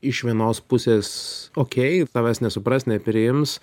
iš vienos pusės okei tavęs nesupras nepriims